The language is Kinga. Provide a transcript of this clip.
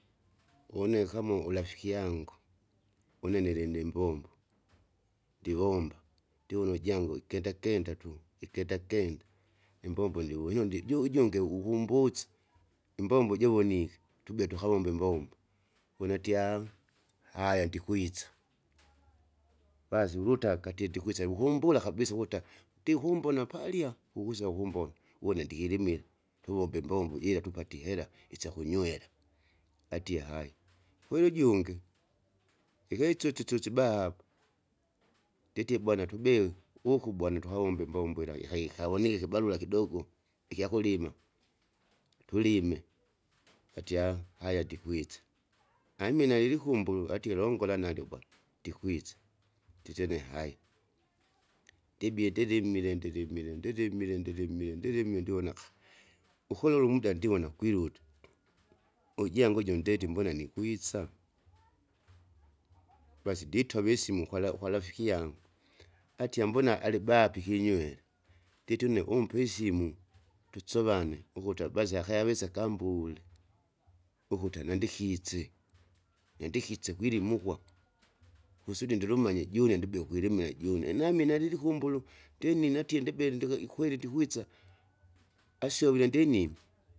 Une kama urafiki yangu, une nilinimbombo, ndivomba ndiune ujangu ikendakenda tu, ikendakenda imbombo ndi- wunu ndiju- jungi ukumbusi. Imbombo jivonike tube tukavombe imbombo, wune atie haya ndikwisa, basi ulutaka atie ndikwisa vikumbula kabisa ukuta ndikumbona palya, ukwisa ukumbona uwona ndikilimia, tuvombe imbombo jira tupate ihera isyakunywera, atie haya. Kweli ujungi ikaisyusisyosi baha hapo, nditie bwana tubiu uku bwana tukawombe imbombo ila iahai ikawonike ikibarura kidogo ikyakulima. Tulime, atie haya ndikwisa amina lilikumbulu atie longola nalyo gwala, ndikwisa ndite ne haya, ndibie ndilimile ndilimile ndilimile ndeilimile ndilimile ndivona ukolole umuda ndiwona kwiluta ujangu uju ndeti mbona nikwisa? basi nditove isimu kwala- kwarafiki yangu atie mbona alibaa pikinywera nditie une umpe isimu tusovane ukuta basi akayawesa akambule, ukuti anadikise, nyandikise kwilimu ukwa, kusudi ndilumanye june ndibea ukwilimile june, namina lilikumbulu, ndinine atie ndibee ndeke ikweli ndikwisa asyovile ndinnine.